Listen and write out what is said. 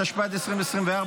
התשפ"ד 2024,